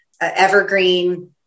evergreen